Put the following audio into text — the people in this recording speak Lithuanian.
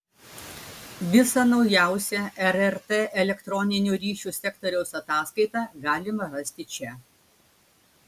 visą naujausią rrt elektroninių ryšių sektoriaus ataskaitą galima rasti čia